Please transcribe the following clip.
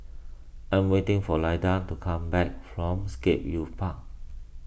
I am waiting for Lyda to come back from Scape Youth Park